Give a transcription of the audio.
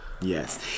yes